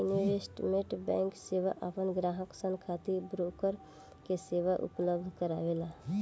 investment banking सेवा आपन ग्राहक सन खातिर ब्रोकर के सेवा उपलब्ध करावेला